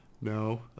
no